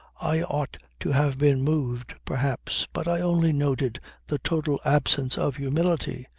i ought to have been moved perhaps but i only noted the total absence of humility.